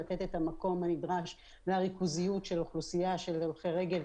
לתת את המקום הנדרש לריכוזיות של אוכלוסיית הולכי רגל,